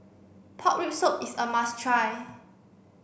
pork rib soup is a must try